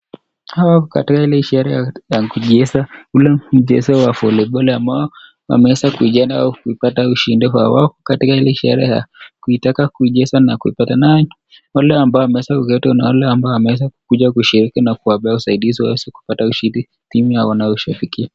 Hawa wako katika ile ishara ya kucheza ule mchezo wa voliboli ambao wameweza kucheza ili kupata ushindi. Wako katika ile ishara kuitaka kuicheza na kupata. Nao wale ambao wameweza kuketi na wale ambao wameweza kuja kushiriki na kuwapea usaidizi waweza kupata ushindi timu wanayoshabikia.